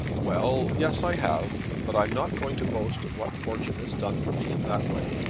well yes, i have but i am not going to boast of what fortune has done for me in that way.